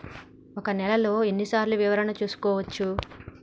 ఒక నెలలో ఎన్ని సార్లు వివరణ చూసుకోవచ్చు?